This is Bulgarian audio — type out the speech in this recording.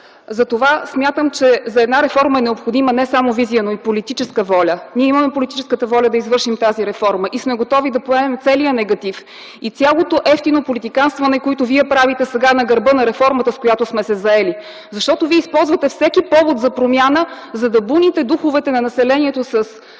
Затова смятам, че за една реформа е необходима не само визия, но и политическа воля. Ние имаме политическата воля да извършим тази реформа и сме готови да поемем целия негатив и цялото евтино политиканстване, което вие правите сега на гърба на реформата, с която сме се заели. Вие използвате всеки повод за промяна, за да буните духовете на населението с